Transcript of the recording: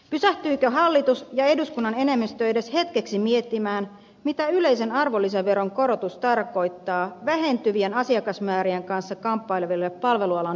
pysähtyykö hallitus ja eduskunnan enemmistö edes hetkeksi miettimään mitä yleisen arvonlisäveron korotus tarkoittaa vähentyvien asiakasmäärien kanssa kamppaileville palvelualan pienyrittäjille